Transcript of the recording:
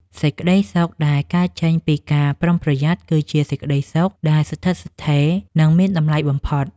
សេចក្តីសុខដែលកើតចេញពីការប្រុងប្រយ័ត្នគឺជាសេចក្តីសុខដែលស្ថិតស្ថេរ និងមានតម្លៃបំផុត។